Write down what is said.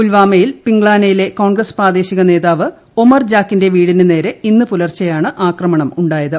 പുൽവാമയിൽ പിംഗ്ലാനയിലെ കോൺഗ്രസ് പ്രാദേശിക നേതാവ് ഒമർജാക്കിന്റെ വീടിന് നേരെ ഇന്ന് പുലർച്ചെയാണ് ആക്രമണം ഉണ്ടായത്